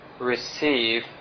receive